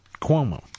Cuomo